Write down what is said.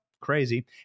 crazy